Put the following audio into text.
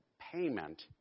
payment